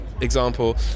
example